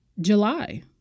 July